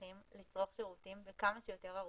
לאזרחים לצרוך שירותים בכמה שיותר ערוצים,